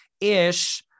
ish